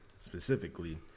specifically